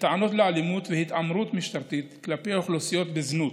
וטענות לאלימות והתעמרות משטרתית כלפי אוכלוסיות בזנות.